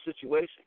situation